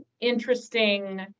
interesting